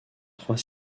trois